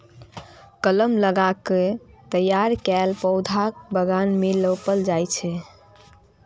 कलम लगा कें तैयार कैल पौधा बगान मे रोपल जाइ छै